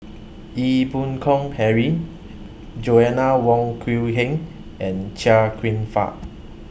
Ee Boon Kong Henry Joanna Wong Quee Heng and Chia Kwek Fah